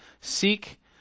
Seek